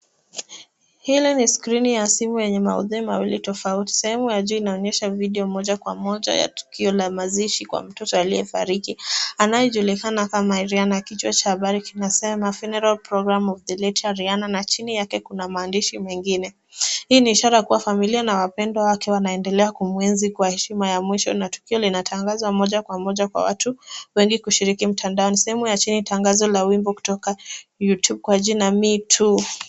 Hili ni skrini ya simu yenye maudhui mawili tofauti. Sehemu ya juu inaonyesha video moja kwa moja, ya tukio la mazishi kwa mtoto aliyefariki. anayejulikana kama Ariana. Kichwa cha habari kinasema funeral program of the late Ariana na chini yake kuna maandishi mengine. Hii ni ishara kuwa familia na wapendwa wake wanaendelea kumuenzi kwa heshima ya mwisho na tukio linatangaza moja kwa moja kwa watu wengi kushiriki mtandaoni. Sehemu ya chini ni tangazo la wimbo kutoka youtube kwa jina me too .